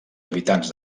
habitants